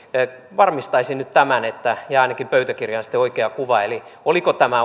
varmistaisin nyt tämän että jää ainakin pöytäkirjaan sitten oikea kuva oliko tämä